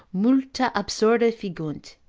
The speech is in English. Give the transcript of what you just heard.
multa absurda fingunt,